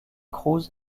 cruz